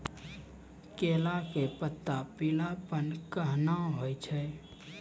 केला के पत्ता पीलापन कहना हो छै?